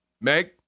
Meg